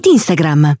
Instagram